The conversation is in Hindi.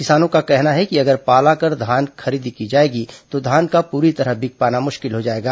किसानों का कहना है अगर पाला कर धान खरीदी की जाएगी तो धान का पूरी तरह बिक पाना मुश्किल हो जाएगा